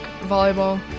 volleyball